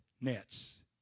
nets